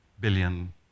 billion